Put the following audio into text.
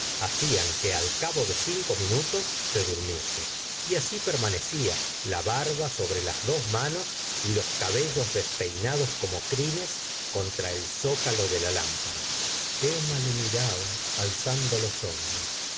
hacían que al cabo de cinco minutos se durmiese y así permanecía la barba sobre las dos manos y los cabellos despeinados como crines contra el zócalo de la lámpara emma le miraba alzando los hombros